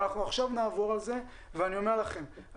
אני אומר לכם,